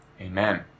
amen